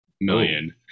million